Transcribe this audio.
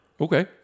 Okay